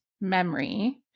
memory